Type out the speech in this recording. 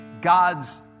God's